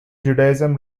judaism